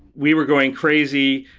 we were going crazy.